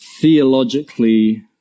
Theologically